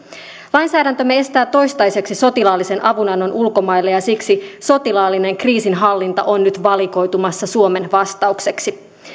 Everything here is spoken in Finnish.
lainsäädäntömme estää toistaiseksi sotilaallisen avunannon ulkomaille ja siksi sotilaallinen kriisinhallinta on nyt valikoitumassa suomen vastaukseksi